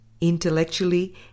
Intellectually